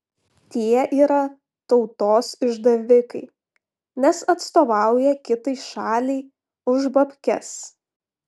tie yra tautos išdavikai nes atstovauja kitai šaliai už babkes